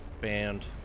band